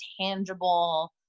tangible